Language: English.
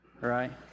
right